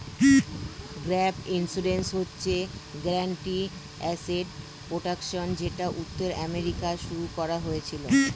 gap insurance হচ্ছে guaranteed asset protection যেটা উত্তর আমেরিকায় শুরু করা হয়েছিল